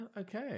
Okay